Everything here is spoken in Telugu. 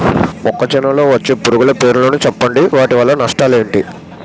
మొక్కజొన్న లో వచ్చే పురుగుల పేర్లను చెప్పండి? వాటి వల్ల నష్టాలు ఎంటి?